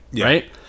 right